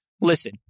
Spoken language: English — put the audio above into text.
Listen